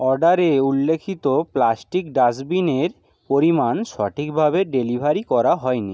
অর্ডারে উল্লেখিত প্লাস্টিক ডাস্টবিনের পরিমাণ সঠিকভাবে ডেলিভারি করা হয় নি